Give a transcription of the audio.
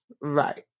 right